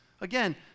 Again